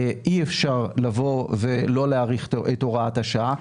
אי אפשר לבוא ולא להאריך את הוראת השעה,